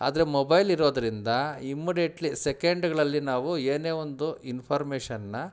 ಆದರೆ ಮೊಬೈಲ್ ಇರೋದ್ರಿಂದ ಇಮ್ಮಡಿಯಟ್ಲಿ ಸೆಕೆಂಡ್ಗಳಲ್ಲಿ ನಾವು ಏನೇ ಒಂದು ಇನ್ಫಾರ್ಮೇಶನನ್ನ